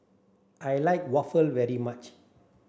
I like waffle very much